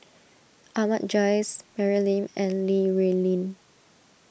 Ahmad Jais Mary Lim and Li Rulin